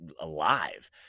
alive